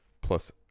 plus